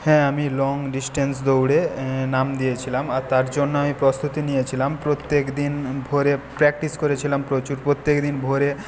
হ্যাঁ আমি long distance দৌড়ে নাম দিয়েছিলাম আর তার জন্য আমি প্রস্তুতি নিয়েছিলাম প্রত্যেকদিন ভোরে প্র্যাক্টিস করেছিলাম প্রচুর প্রত্যেকদিন ভোরে